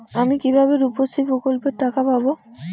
আমি কিভাবে রুপশ্রী প্রকল্পের টাকা পাবো?